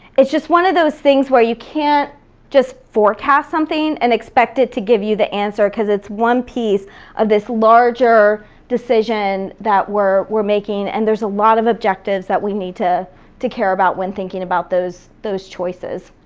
it's just one of those things where you can't just forecast something and expect it to give you the answer cause it's one piece of this larger decision decision that we're we're making, and there's a lot of objectives that we need to to care about when thinking about those those choices.